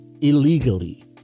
illegally